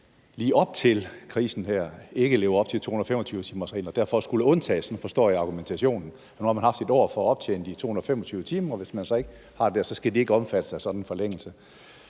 lige op til krisen her ikke lever op til 225-timersreglen, for de skulle undtages, sådan forstår jeg argumentationen. Man har haft 1 år til at optjene de 225 timer, og hvis man ikke nåede det, så skal man ikke omfattes af sådan en forlængelse.